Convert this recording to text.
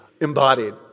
embodied